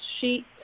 sheet